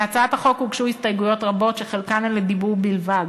להצעת החוק הוגשו הסתייגויות רבות שחלקן הן לדיבור בלבד,